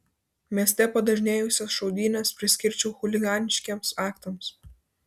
mieste padažnėjusias šaudynes priskirčiau chuliganiškiems aktams